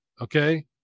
okay